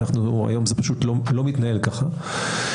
והיום זה פשוט לא מתנהל כך.